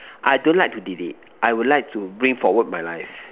I don't like to delete I would like to bring forward my life